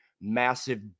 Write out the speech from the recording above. massive